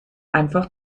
einfach